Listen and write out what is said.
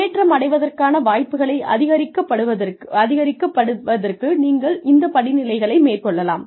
முன்னேற்றம் அடைவதற்கான வாய்ப்புகளை அதிகரிக்கப்படுதற்கு நீங்கள் இந்த படிநிலைகளை மேற்கொள்ளலாம்